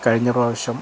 കഴിഞ്ഞപ്രാവശ്യം